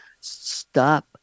stop